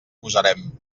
posarem